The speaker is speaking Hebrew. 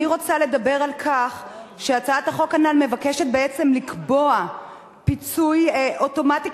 אני רוצה לדבר על כך שהצעת החוק הנ"ל מבקשת בעצם לקבוע פיצוי אוטומטי,